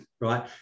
right